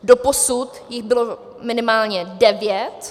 Doposud jich bylo minimálně devět.